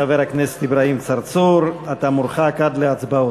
חבר הכנסת אברהים צרצור, אתה מורחק עד להצבעות.